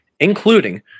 including